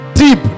Deep